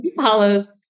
follows